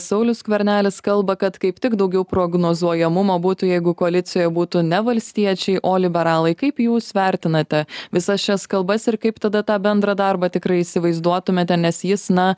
saulius skvernelis kalba kad kaip tik daugiau prognozuojamumo būtų jeigu koalicijoje būtų ne valstiečiai o liberalai kaip jūs vertinate visas šias kalbas ir kaip tada tą bendrą darbą tikrai įsivaizduotumėte nes jis na